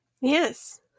Yes